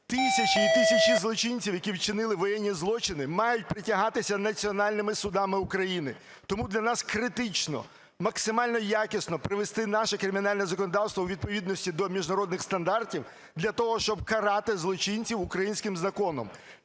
Тисячі і тисячі злочинців, які вчинили воєнні злочини, мають притягатися національними судами України. Тому для нас критично максимально якісно привести наше кримінальне законодавство у відповідності до міжнародних стандартів для того, щоб карати злочинців українським законом.